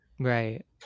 right